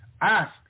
Ask